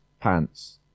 pants